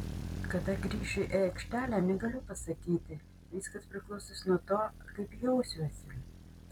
kada grįšiu į aikštelę negaliu pasakyti viskas priklausys nuo to kaip jausiuosi